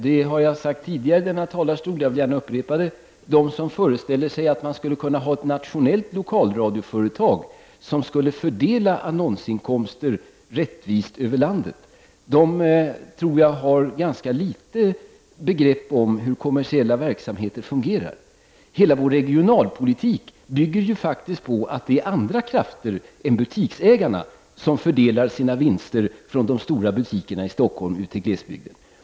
Jag har sagt tidigare från denna talarstol och vill gärna upprepa det, att de som föreställer sig att man skulle kunna ha ett nationellt lokalradioföretag som skulle fördela annonsintäkter rättvist över landet har ganska litet begrepp om hur kommersiella verksamheter fungerar. Hela vår regionalpolitik bygger faktiskt på andra metoder än att butiksägarna fördelar sina vinster från de stora butikerna i Stockholm ut till glesbygden.